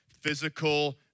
physical